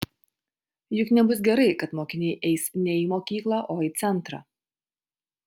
juk nebus gerai kad mokiniai eis ne į mokyklą o į centrą